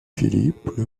philippe